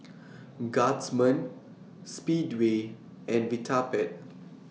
Guardsman Speedway and Vitapet